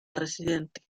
residente